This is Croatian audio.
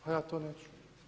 A ja to neću.